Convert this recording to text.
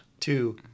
Two